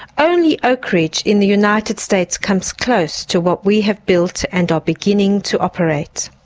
only oakridge in the united states comes close to what we have built and are beginning to operate.